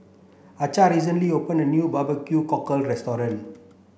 Archer recently opened a new barbecue cockle restaurant